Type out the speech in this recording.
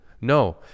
No